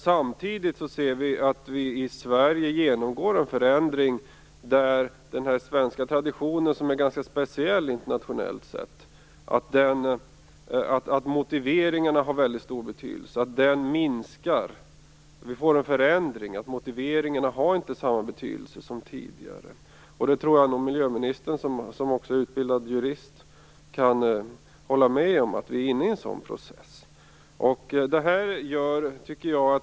Samtidigt ser vi att Sverige genomgår en förändring. Vår svenska tradition har ju varit ganska speciell internationellt sett. Motiveringarna har haft en väldigt stor betydelse. Det förändras nu, så att motiveringarna inte får samma betydelse som tidigare. Jag tror nog att miljöministern, som också är utbildad jurist, kan hålla med om att vi är inne i en sådan process.